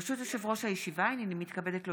ברשות יושב-ראש הישיבה, הינני מתכבדת להודיעכם,